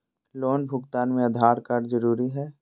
Loan भुगतान में Aadhaar card जरूरी है?